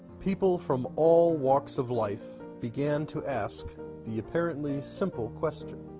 people from all walks of life began to ask the apparently simple question